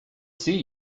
see